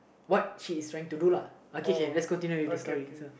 what is trying to do lah okay K K let's continue with the story sir